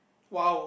!wow!